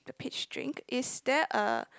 the peach drink is there a